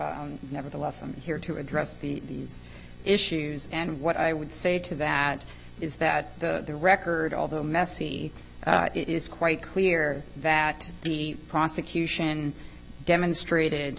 nevertheless i'm here to address the these issues and what i would say to that is that their record although messy it is quite clear that the prosecution demonstrated